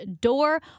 Door